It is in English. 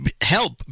help